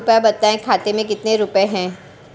कृपया बताएं खाते में कितने रुपए हैं?